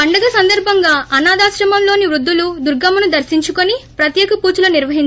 పండగ సందర్భంగా అనాథాశ్రమాల్లోని వృద్దులు దుర్గమ్మను దర్పించుకుని ప్రత్యేక పూజలు నిర్వహించారు